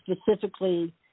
specifically